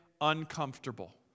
uncomfortable